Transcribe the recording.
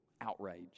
outrage